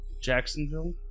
Jacksonville